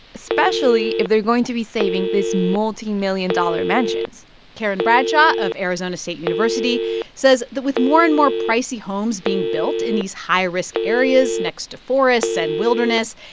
especially if they're going to be saving these multimillion-dollar mansions karen bradshaw of arizona state university says that with more and more pricey homes being built in these high-risk areas next to forests and wilderness,